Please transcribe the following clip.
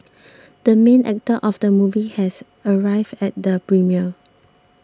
the main actor of the movie has arrived at the premiere